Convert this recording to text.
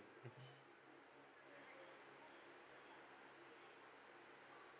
mmhmm